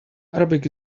arabic